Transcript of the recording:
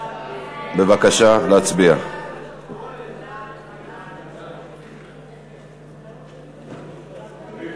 ההצעה להעביר את הצעת חוק למניעת הטרדה מינית (תיקון,